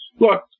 Look